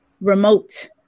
Remote